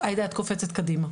עאידה את קופצת קדימה.